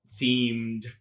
themed